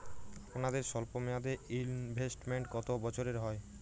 আপনাদের স্বল্পমেয়াদে ইনভেস্টমেন্ট কতো বছরের হয়?